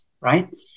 right